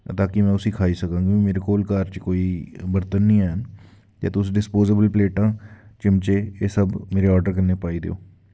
ते बंदा कियां खाई सकदा ते कन्नै मेरे घर च कोई भांडे निं हैन ते तुस डिस्परोजेबल प्लेटां चिम्मचे एह् सब मेरे ऑर्डर कन्नै पाई देओ